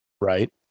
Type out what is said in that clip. right